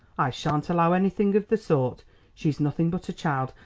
i sha'n't allow anything of the sort she's nothing but a child,